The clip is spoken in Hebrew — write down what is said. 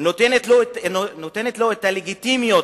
נותנת לו את הלגיטימיות